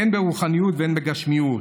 הן ברוחניות והן בגשמיות.